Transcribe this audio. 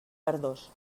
verdós